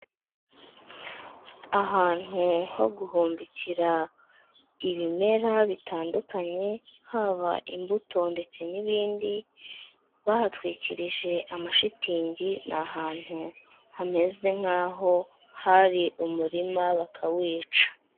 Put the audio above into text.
Ahantu ho guhumbikira ibimera bitandukanye, haba imbuto ndetse n'ibindi bahatwikirije amashitingi, ni ahantu hameze nkaho hari umurima bakawica.